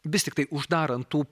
vis tiktai uždarant tų